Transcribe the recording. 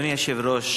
אדוני היושב-ראש,